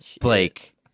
Blake